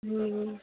ହୁଁ ହୁଁ